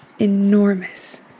enormous